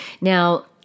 Now